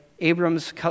Abram's